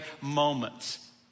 moments